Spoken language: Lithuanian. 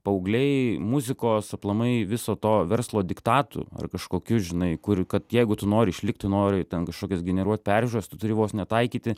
paaugliai muzikos aplamai viso to verslo diktatu ar kažkokiu žinai kur kad jeigu tu nori išlikt tu nori ten kažkokias generuot peržiūras tu turi vos ne taikyti